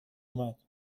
اومد